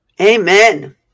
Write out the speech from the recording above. Amen